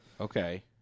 Okay